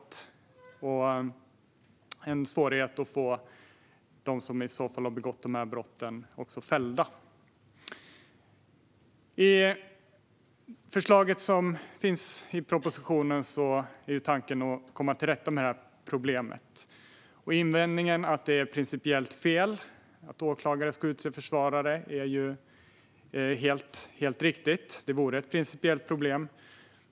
Det kan också bli svårare att få dem som har begått dessa brott fällda. I propositionens förslag är tanken att komma till rätta med detta problem. Invändningen att det är principiellt fel att åklagare ska utse försvarare är helt riktig; det vore ett principiellt problem.